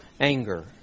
anger